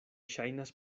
ŝajnas